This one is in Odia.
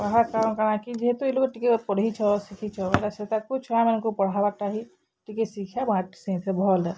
ଯେହେତୁ ଇଟିକରୁ ଟିକେ ପଢିଛ ଶିଖିଛ ସେଟାକୁ ଛୁଆମାନଙ୍କୁ ପଢ଼ାବାର୍ଟା ହିଁ ଟିକେ ଶିକ୍ଷା ବାଣ୍ଟଛି ଇଥିର୍ ଭଲ ହେ